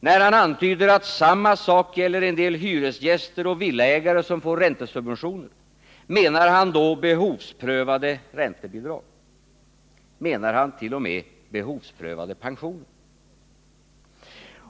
När han antyder att samma sak gäller för en del hyresgäster och villaägare som får räntesubventioner, menar han då att vi skulle införa behovsprövade räntebidrag? Menar han t.o.m. att vi skulle införa behovsprövade pensioner?